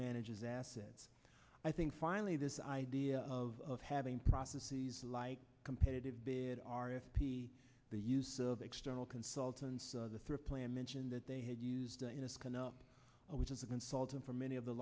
manages assets i think finally this idea of having processes like competitive bid r f p the use of external consultants the three plan mentioned that they had used which is a consultant for many of the